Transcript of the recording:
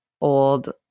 old